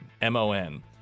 M-O-N